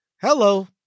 Hello